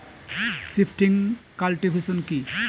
Shifting cultivation কি?